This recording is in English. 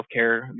healthcare